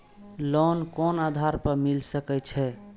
Loan कोन आधार पर मिल सके छे?